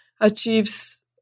achieves